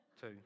two